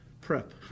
prep